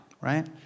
right